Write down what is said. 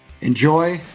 Enjoy